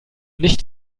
nicht